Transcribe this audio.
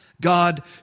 God